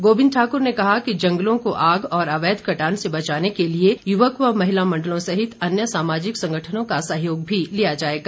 गोविंद ठाकुर ने कहा कि जंगलों को आग और अवैध कटान से बचाने के लिए युवक व महिला मण्डलों सहित अन्य सामाजिक संगठनों का सहयोग भी लिया जाएगा